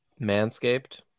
manscaped